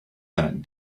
that